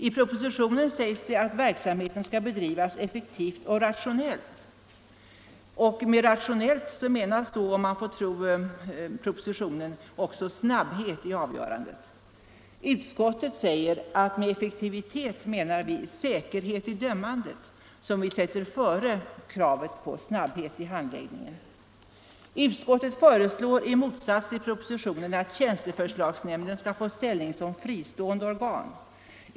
I propositionens sägs det att verksamheten skall bedrivas effektivt och rationellt. Med rationellt menas då, om man får tro propositionen, också snabbhet i avgörandet. Utskottet säger att med effektivitet menar vi säkerhet i dömandet, som vi sätter före kravet på snabbhet i handläggningen. Utskottet föreslår i motsats till propositionen att tjänsteförslagsnämnden skall få ställning som fristående organ.